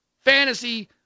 fantasy